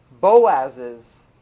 Boaz's